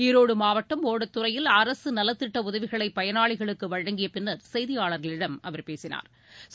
ஈரோடு மாவட்டம் ஓடத்துரையில் அரசு நலத்திட்ட உதவிகளை பயனாளிகளுக்கு வழங்கிய பின்னா் செய்தியாளா்களிடம் அவர் பேசினாா்